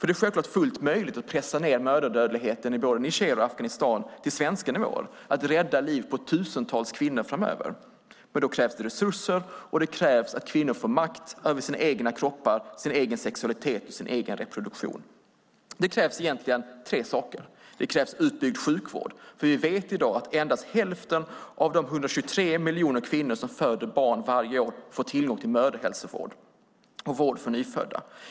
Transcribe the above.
Det är självklart möjligt att pressa ned mödradödligheten i både Niger och Afghanistan till svenska nivåer och att rädda liv på tusentals kvinnor framöver. Men då krävs det resurser, och det krävs att kvinnor får makt över sina egna kroppar, sin egen sexualitet och sin egen reproduktion. Det krävs egentligen tre saker. Det krävs för det första utbyggd sjukvård, för vi vet i dag att endast hälften av de 123 miljoner kvinnor som föder barn varje år får tillgång till mödrahälsovård och vård för nyfödda.